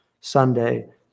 Sunday